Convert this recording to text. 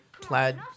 plaid